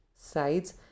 sides